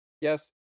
Yes